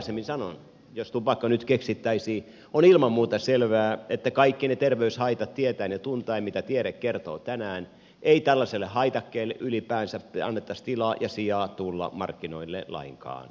jos tupakka nyt keksittäisiin on ilman muuta selvää että kaikki ne terveyshaitat tietäen ja tuntien mitä tiede kertoo tänään ei tällaiselle haitakkeelle ylipäänsä annettaisi tilaa ja sijaa tulla markkinoille lainkaan